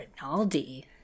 Rinaldi